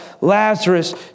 Lazarus